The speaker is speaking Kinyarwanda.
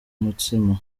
mutsima